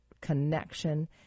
connection